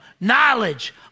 knowledge